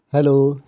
hello